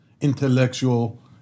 intellectual